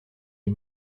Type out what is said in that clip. est